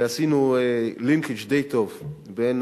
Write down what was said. ועשינו לינקג' די טוב בין